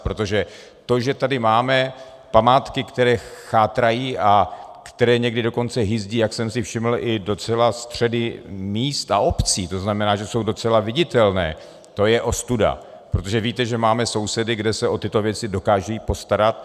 Protože to, že tady máme památky, které chátrají a které někdy dokonce hyzdí, jak jsem si všiml, i docela středy míst a obcí, to znamená, že jsou docela viditelné, to je ostuda, protože víte, že máme sousedy, kde se o tyto věci dokážou postarat.